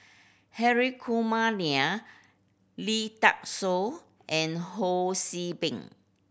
Hri Kumar Nair Lee Dai Soh and Ho See Beng